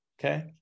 Okay